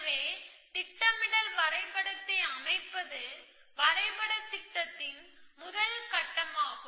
எனவே திட்டமிடல் வரைபடத்தை அமைப்பது வரைபட திட்டத்தின் முதல் கட்டமாகும்